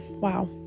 Wow